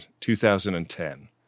2010